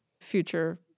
future